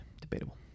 debatable